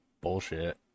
bullshit